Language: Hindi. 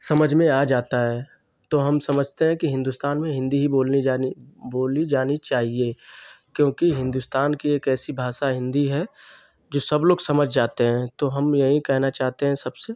समझ में आ जाती है तो हम समझते हैं कि हिन्दुस्तान में हिन्दी ही बोलनी जानी बोली जानी चाहिए क्योंकि हिन्दुस्तान की एक ऐसी भाषा हिन्दी है जो सब लोग समझ जाते हैं तो हम यही कहना चाहते हैं सब से